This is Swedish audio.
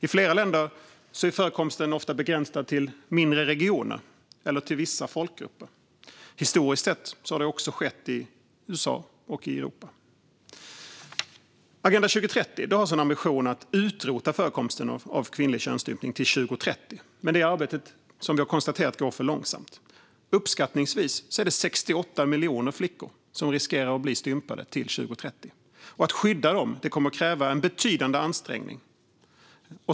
I flera länder är förekomsten ofta begränsad till mindre regioner eller till vissa folkgrupper. Historiskt sett har det också skett i USA och i Europa. Agenda 2030 har som ambition att utrota förekomsten av kvinnlig könsstympning till 2030, men som vi har konstaterat går arbetet för långsamt. Uppskattningsvis är det 68 miljoner flickor som riskerar att bli könsstympade till 2030, och att skydda dem kommer att kräva en betydande ansträngning.